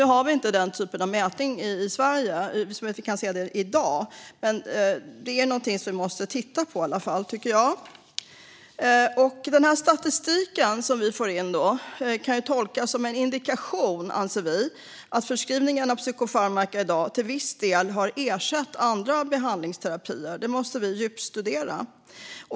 Vi har inte den typen av mätning i Sverige i dag, så vi kan inte se det. Men det är i alla fall något vi måste titta på, tycker jag. Statistiken som vi får in kan tolkas som en indikation, anser vi, på att förskrivningen av psykofarmaka i dag till viss del har ersatt andra behandlingsterapier. Det måste vi djupstudera.